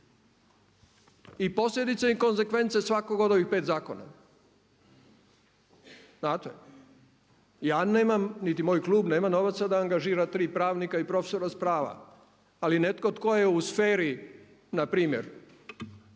i posljedice i konzekvence svakog od ovih 5 zakona. Znate. Ja nemam niti moj klub nema novaca da angažira tri pravnika i profesora sa prava ali netko tko je u sferi npr.